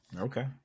Okay